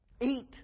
Eat